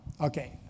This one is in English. Okay